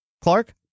clark